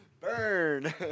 Burn